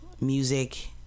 music